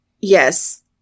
yes